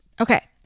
Okay